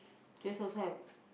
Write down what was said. Jovis also have